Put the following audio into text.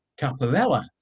caparella